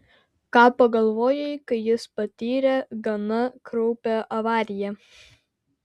ką pagalvojai kai jis patyrė gana kraupią avariją